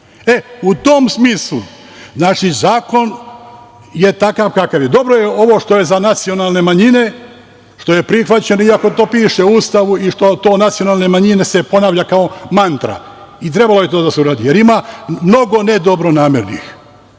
tom smislu, znači zakon je takav kakav je. Dobro je ovo što je za nacionalne manjine, što je prihvaćeno, iako to piše u Ustavu i to što nacionalne manjine se ponavlja kao mantra. Trebalo je to da se uradi jer ima mnogo ne dobronamernih.